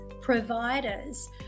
providers